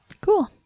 Cool